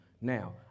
Now